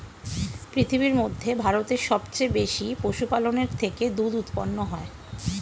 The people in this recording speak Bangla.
পৃথিবীর মধ্যে ভারতে সবচেয়ে বেশি পশুপালনের থেকে দুধ উৎপন্ন হয়